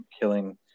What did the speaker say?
killing